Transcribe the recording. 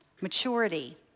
maturity